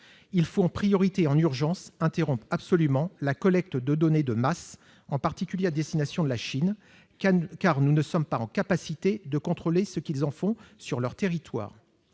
en priorité et en urgence, interrompre la collecte de données de masse, en particulier à destination de la Chine, car nous ne sommes pas en capacité de contrôler ce que ce pays en fait sur son territoire.